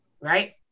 Right